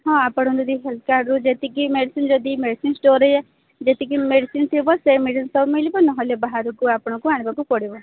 ହଁ ଆପଣ ଯଦି ହେଲ୍ଥ କାର୍ଡ଼ରୁ ଯେତିକି ମେଡ଼ିସିନ୍ ଯଦି ମେଡ଼ିସିନ୍ ଷ୍ଟୋରରେ ଯେତିକି ମେଡ଼ିସିନ ଥିବ ସେ ମେଡ଼ିସିନ ସବୁ ମିଳିବ ନହେଲେ ବାହାରକୁ ଆପଣଙ୍କୁ ଆଣିବାକୁ ପଡ଼ିବ